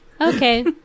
Okay